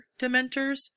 Dementors